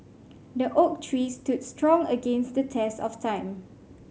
the oak tree stood strong against the test of time